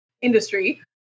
industry